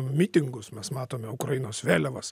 mitingus mes matome ukrainos vėliavas